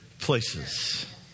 places